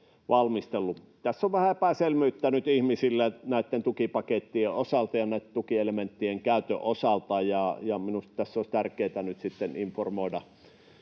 Tässä on vähän epäselvyyttä nyt ihmisillä näitten tukipakettien osalta ja näitten tukielementtien käytön osalta, ja minusta tässä olisi tärkeätä nyt